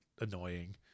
annoying